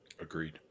Agreed